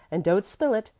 and don't spill it.